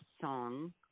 song